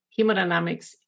hemodynamics